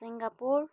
Singapore